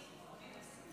להלן תוצאות